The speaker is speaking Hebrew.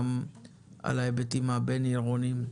גם על ההיבטים הבין-עירוניים.